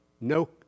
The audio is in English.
No